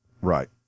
Right